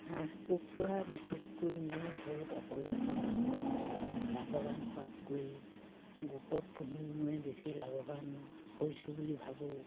হাঁহ কুকুৰা বিশেষকৈ মই ঘৰত অকলে পুহি লাভৱান হোৱাতকৈ গোটত পুহি মই বেছি লাভৱান হৈছোঁ বুলি ভাবোঁ